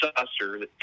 saucer